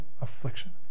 affliction